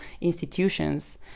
institutions